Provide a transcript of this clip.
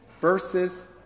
versus